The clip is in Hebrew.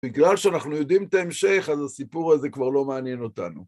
בגלל שאנחנו יודעים את ההמשך, אז הסיפור הזה כבר לא מעניין אותנו.